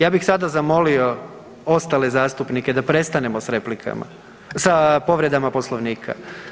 Ja bih sada zamolio ostale zastupnike da prestanemo s replikama, sa povredama Poslovnika.